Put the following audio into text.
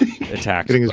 Attacks